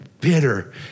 bitter